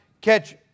catch